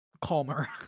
calmer